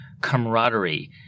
camaraderie